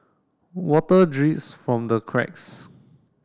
water drips from the cracks